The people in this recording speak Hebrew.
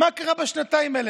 מה קרה בשנתיים האלה?